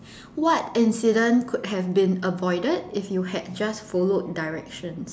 what incident could have been avoided if you had just followed directions